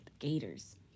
Gators